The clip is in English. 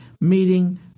meeting